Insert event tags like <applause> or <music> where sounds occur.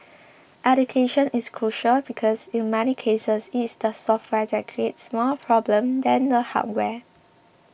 <noise> education is crucial because in many cases it is the software that creates more problems than the hardware